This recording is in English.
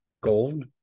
Gold